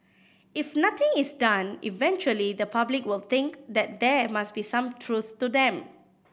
if nothing is done eventually the public will think that there must be some truth to them